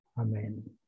Amen